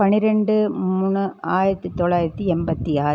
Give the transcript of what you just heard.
பன்னிரெண்டு மூணு ஆயிரத்து தொள்ளாயிரத்து எண்பத்தி ஆறு